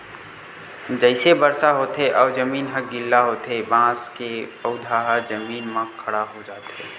जइसे बरसा होथे अउ जमीन ह गिल्ला होथे बांस के पउधा ह जमीन म खड़ा हो जाथे